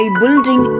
building